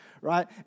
right